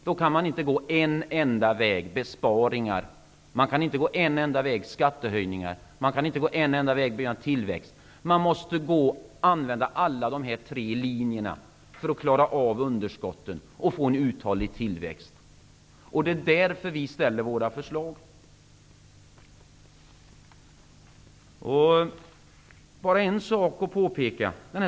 Då kan man inte gå en enda väg med besparingar, inte en enda väg med skattehöjningar, inte en enda väg med tillväxt. Man måste använda alla de tre linjerna för att klara av underskottet och få en uthållig tillväxt. Det är därför som vi lägger fram våra förslag. Jag skall bara påpeka en sak.